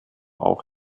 auch